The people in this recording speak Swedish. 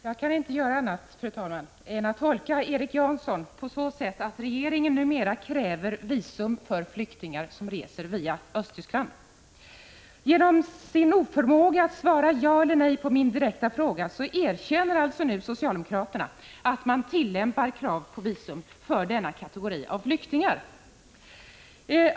Fru talman! Jag kan inte tolka Erik Janson på annat sätt än att regeringen numera kräver visum för flyktingar som reser via Östtyskland. Genom sin oförmåga att svara ja eller nej på min direkta fråga erkänner nu socialdemokraterna att man tillämpar krav på visum för denna kategori av flyktingar.